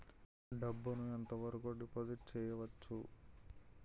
డబ్బు ను ఎంత వరకు డిపాజిట్ చేయవచ్చు?